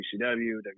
WCW